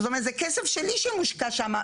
זאת אומרת, זה כסף שלי שמושקע שם.